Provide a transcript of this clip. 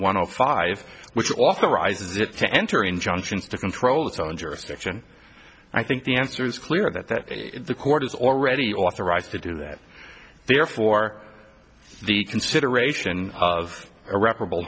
one o five which authorizes it to enter injunctions to control its own jurisdiction i think the answer is clear that the court is already authorized to do that therefore the consideration of irreparable